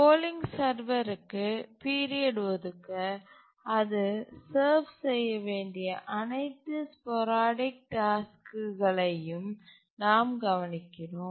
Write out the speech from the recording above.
polling சர்வருக்கு period ஒதுக்க அது சர்வு செய்ய வேண்டிய அனைத்து ஸ்போரடிக் டாஸ்க்குகளையும் நாம் கவனிக்கிறோம்